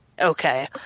Okay